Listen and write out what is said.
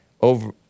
over